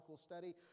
study